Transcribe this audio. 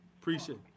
Appreciate